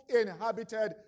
inhabited